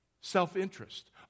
Self-interest